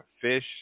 fish